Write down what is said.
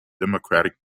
democratic